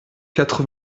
quatre